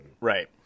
Right